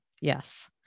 Yes